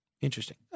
Interesting